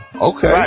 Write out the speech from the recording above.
Okay